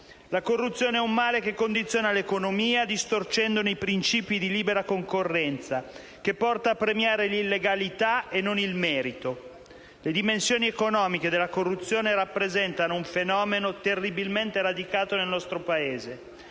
La corruzione è un male che condiziona l'economia distorcendone i principi di libera concorrenza, che porta a premiare l'illegalità e non il merito. Le dimensioni economiche della corruzione rappresentano un fenomeno terribilmente radicato nel nostro Paese,